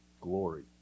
glory